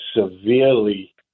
severely